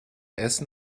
essen